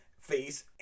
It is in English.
face